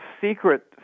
secret